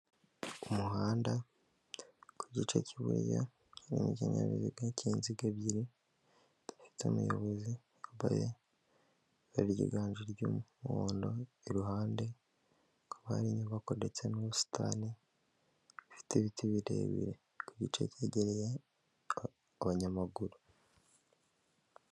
umuhanda ku gice'buya hari n'ikinyabiziga cy'inziga ebyiri dufite umuyobozi yambaye ibara ryiganje ry'hondo iruhande rw'abari inyubako ndetse n'ubusitani ifite ibiti birebire ku gice cyegereye abanyamaguru Umuhanda ku gice kimwe hari n'ikinyabiziga cy'inziga ebyiri, dufite umuyobozi yambaye ibara ryiganje umuhondo, iruhande rwabo hari inyubako ndetse n'ubusitani ifite ibiti birebire ku gice cyegereye abanyamaguru.